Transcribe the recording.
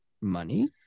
money